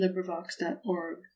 librivox.org